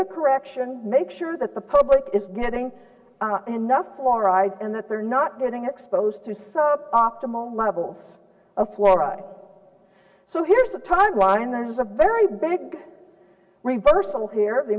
the correction make sure that the public is getting enough fluoride and that they're not getting exposed to some optimal levels of fluoride so here's the timeline there's a very big reversal here the